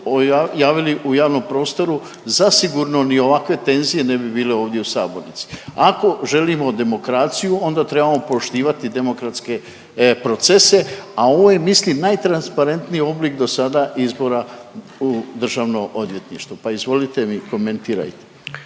javili u javnom prostoru zasigurno ni ovakve tenzije ne bi bile ovdje u sabornici. Ako želimo demokraciju onda trebamo poštivati demokratske procese, a ovo je mislim najtransparentniji oblik dosada izbora u Državno odvjetništvo, pa izvolite mi komentirajte.